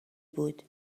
بود